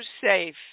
safe